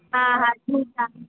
हा हा ठीकु आहे